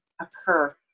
occur